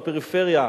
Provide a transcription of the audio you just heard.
מהפריפריה,